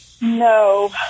No